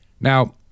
Now